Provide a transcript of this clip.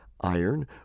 iron